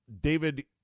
David